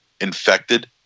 infected